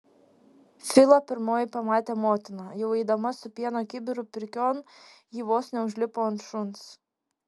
filą pirmoji pamatė motina jau eidama su pieno kibiru pirkion ji vos neužlipo ant šuns